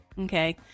Okay